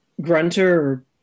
grunter